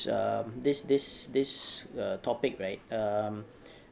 um this this this uh topic right um